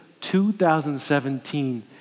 2017